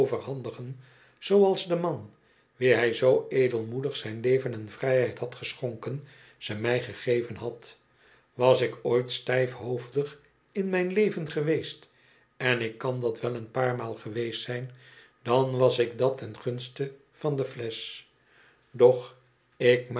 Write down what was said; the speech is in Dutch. overhandigen zooals de man wien hij zoo edelmoedig zijn leven en vrijheid had geschonken ze mij gegeven had was ik ooit stijf hoofdig in mijn leven geweest en ik kan dat wel een paar maal geweest zijn dan was ik dat ten gunste van de flesch doch ik